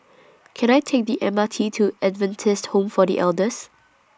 Can I Take The M R T to Adventist Home For The Elders